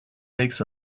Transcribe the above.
makes